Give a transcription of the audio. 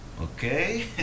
Okay